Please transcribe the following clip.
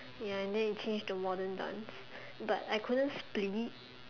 ya and then it change to modern dance but I couldn't split